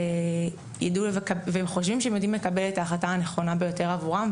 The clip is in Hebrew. הם חושבים שהם יודעים לקבל את ההחלטה הנכונה ביותר עבורם.